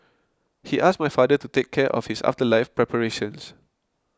he asked my father to take care of his afterlife preparations